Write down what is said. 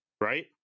right